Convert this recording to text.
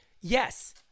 Yes